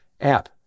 app